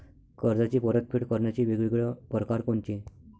कर्जाची परतफेड करण्याचे वेगवेगळ परकार कोनचे?